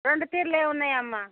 రెండు తీర్లు ఉన్నయమ్మ